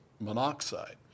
monoxide